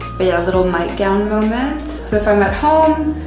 but yeah, a little nightgown moment. so if i'm at home,